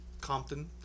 Compton